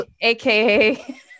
aka